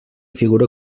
figura